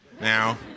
now